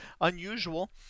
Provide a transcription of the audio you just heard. unusual